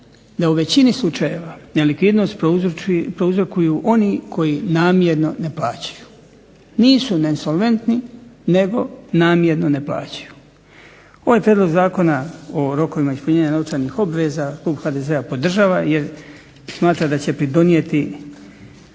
da u većini slučajeva nelikvidnost prouzrokuju oni koji namjerno ne plaćaju. Nisu nesolventni nego namjerno ne plaćaju. Ovaj prijedlog Zakona o rokovima ispunjenja novčanih obveza klub HDZ-a podržava jer smatra da će pridonijeti